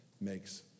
makes